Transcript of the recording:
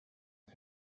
who